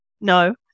No